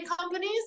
companies